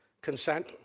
consent